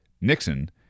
Nixon